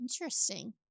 Interesting